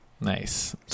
Nice